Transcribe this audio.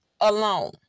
alone